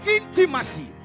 intimacy